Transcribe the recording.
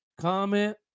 comment